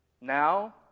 Now